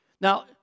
Now